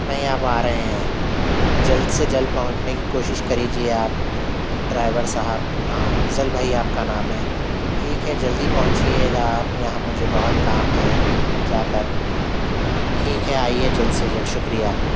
نہیں آپ آ رہے ہیں جلد سے جلد پہنچنے کی کوشش کر لیجیے آپ ڈرائیور صاحب ہاں افضل بھائی آپ کا نام ہے ٹھیک ہے جلدی پہنچئے گا آپ یہاں مجھے بہت کام ہے جا کر ٹھیک ہے آئیے جلد سے جلد شُکریہ